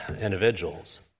individuals